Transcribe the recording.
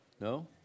No